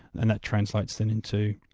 and that translates then into